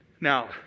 Now